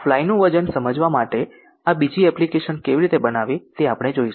fly નું વજન સમજવા માટે આ બીજી એપ્લિકેશન કેવી રીતે બનાવવી તે આપણે જોશું